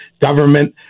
government